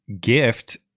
gift